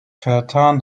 vertan